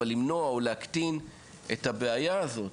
אבל למנוע או להקטין את הבעיה הזאת,